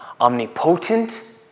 omnipotent